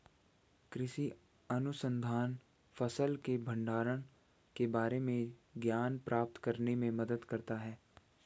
कृषि अनुसंधान फसल के भंडारण के बारे में ज्ञान प्राप्त करने में मदद करता है